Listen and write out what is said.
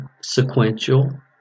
sequential